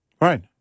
Right